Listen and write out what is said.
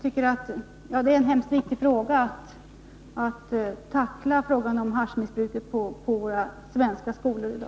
Frågan om haschmissbruket i våra svenska skolor i dag är det mycket viktigt att tackla.